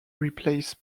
replaced